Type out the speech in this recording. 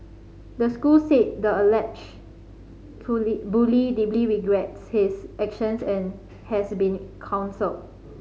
the school said the alleged bully deeply regrets his actions and has been counselled